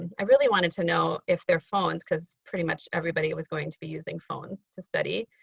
i really wanted to know if their phones, because pretty much everybody was going to be using phones to study.